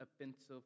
offensive